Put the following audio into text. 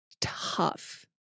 tough